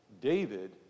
David